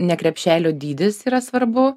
ne krepšelio dydis yra svarbu